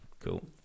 Cool